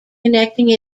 connecting